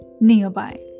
nearby